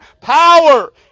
Power